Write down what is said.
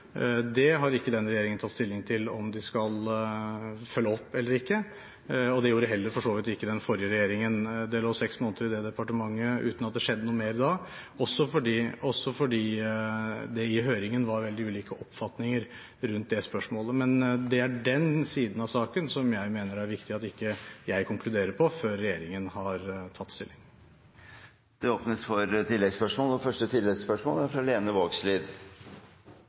Det har ikke denne regjeringen tatt stilling til om den skal følge opp eller ikke. Det gjorde for så vidt heller ikke den forrige regjeringen – det lå seks måneder i departementet uten at det skjedde noe med det da, også fordi det i høringen var veldig ulike oppfatninger om det spørsmålet. Det er den siden av saken hvor jeg mener det er viktig at jeg ikke konkluderer før regjeringen har tatt stilling. Det åpnes for